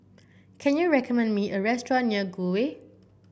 can you recommend me a restaurant near Gul Way